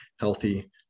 healthy